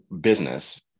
business